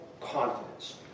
Confidence